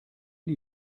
die